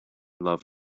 love